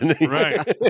Right